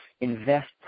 Invest